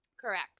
Correct